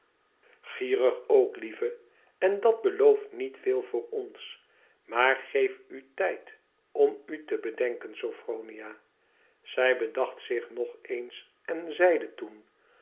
gierig ook lieve en dat belooft niet veel voor ons maar geef u tijd om u te bedenken sophronia zij bedacht zich nog eens en zeide toen